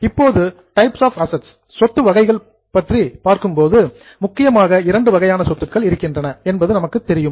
இப்போது types of assets சொத்து வகைகளை பார்க்கும் போது முக்கியமாக இரண்டு வகையான சொத்துக்கள் இருக்கின்றன என்பது நமக்குத் தெரியும்